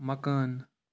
مکان